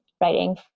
writing